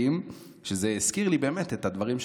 שזה הזכיר לי באמת את הדברים שאנחנו כותבים.